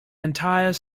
entire